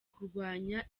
kurwanya